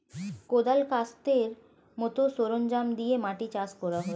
কোদাল, কাস্তের মত সরঞ্জাম দিয়ে মাটি চাষ করা হয়